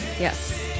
Yes